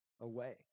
away